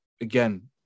again